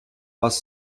вас